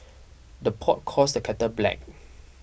the pot calls the kettle black